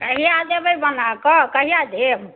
कहिया देबै बनाक कहिया देब